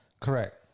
Correct